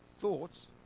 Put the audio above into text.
thoughts